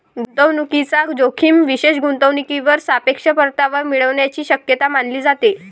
गुंतवणूकीचा जोखीम विशेष गुंतवणूकीवर सापेक्ष परतावा मिळण्याची शक्यता मानली जाते